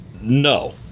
no